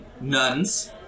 nuns